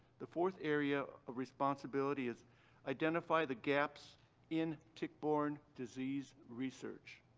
the fourth area of responsibility is identify the gaps in tick-borne disease research.